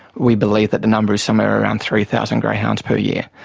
we believe that the number is somewhere around three thousand greyhounds per year.